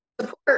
support